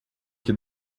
que